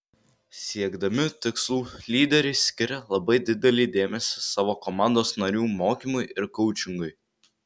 siekdami tikslų lyderiai skiria labai didelį dėmesį savo komandos narių mokymui ir koučingui